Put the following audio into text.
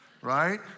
right